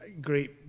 great